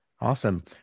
Awesome